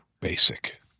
Basic